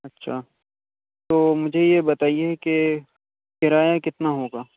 اچھا تو مجھے یہ بتائیے کہ کرایہ کتنا ہوگا